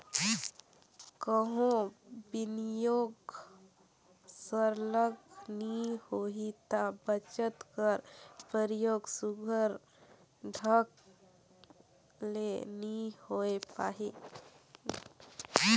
कहों बिनियोग सरलग नी होही ता बचत कर परयोग सुग्घर ढंग ले नी होए पाही